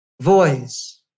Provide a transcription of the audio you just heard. Voice